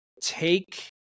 take